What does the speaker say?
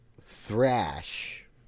thrash